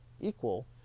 equal